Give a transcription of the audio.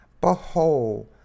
Behold